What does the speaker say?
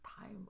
Time